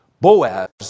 Boaz